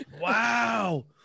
Wow